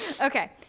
Okay